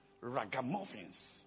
ragamuffins